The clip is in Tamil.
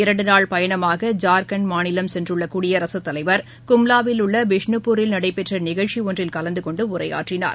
இரன்டு நாள் பயணமாக ஜார்கண்ட் மாநிலம் சென்றுள்ள மேற்கொண்டுள்ள குடியரசுத்தலைவர் கும்லாவில் உள்ள பிஷ்னுபூரில் நடைபெற்ற நிகழ்ச்சி ஒன்றில் கலந்து கொண்டு உரையாற்றினார்